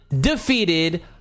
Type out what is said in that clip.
defeated